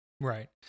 right